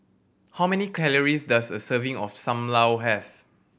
how many calories does a serving of Sam Lau have